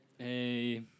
Hey